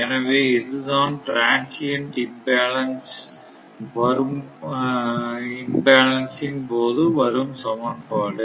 எனவே இதுதான் transient imbalance ன் போது வரும் சமன்பாடு